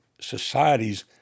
societies